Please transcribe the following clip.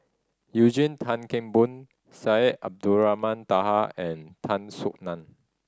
Eugene Tan Kheng Boon Syed Abdulrahman Taha and Tan Soo Nan